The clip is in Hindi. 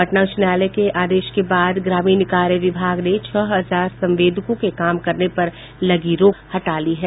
पटना उच्च न्यायालय के आदेश के बाद ग्रामीण कार्य विभाग ने छह हजार संवेदकों के काम करने पर लगी रोक को हटा ली है